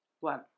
One